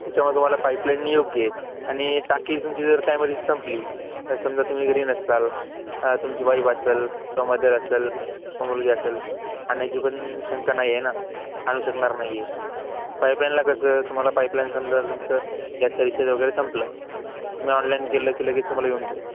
त्याच्यामुळे तुम्हाला पाईपलाईन योग्य आहे आणि टाकी तुमची जर कायमध्ये संपली समजा तुम्ही घरी नसता तुमची वाईफ असेल किंवा मदर असेल मुलगी असेल आणि याची पण शंका नाही आहे ना आणू शकणार नाही आहे पाईपलाईनला कसं तुम्हाला पाईपलाईन समजा तुमचं घॅसचा रिचार्ज वगैरे संपला तुम्ही ऑनलाईन केलं की लगेच तुम्हाला येऊन जाईल